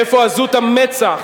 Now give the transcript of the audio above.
מאיפה עזות המצח?